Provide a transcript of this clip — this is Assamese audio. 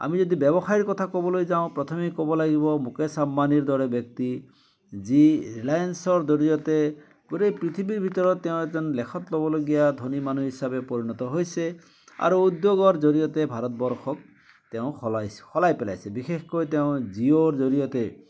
আমি যদি ব্যৱসায়ৰ কথা ক'বলৈ যাওঁ প্ৰথমেই ক'ব লাগিব মুকেশ আম্বানীৰ দৰে ব্যক্তি যি ৰিলায়েঞ্চৰ জৰিয়তে গোটেই পৃথিৱীৰ ভিতৰত তেওঁ এজন লেখত ল'বলগীয়া ধনী মানুহ হিচাপে পৰিণত হৈছে আৰু উদ্যোগৰ জৰিয়তে ভাৰতবৰ্ষক তেওঁ সলাইছ সলাই পেলাইছে বিশেষকৈ তেওঁ জিঅ'ৰ জৰিয়তে